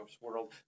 world